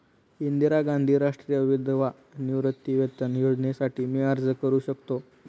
इंदिरा गांधी राष्ट्रीय विधवा निवृत्तीवेतन योजनेसाठी मी अर्ज करू शकतो?